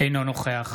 אינו נוכח